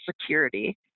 security